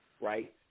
right